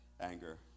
anger